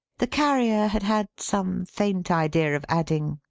the carrier had had some faint idea of adding,